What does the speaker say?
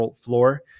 floor